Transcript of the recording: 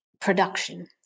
production